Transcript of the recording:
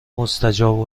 مستجاب